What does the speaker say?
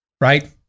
right